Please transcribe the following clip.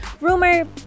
rumor